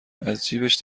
ازجیبش